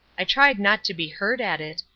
i tried not to be hurt at it,